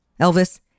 Elvis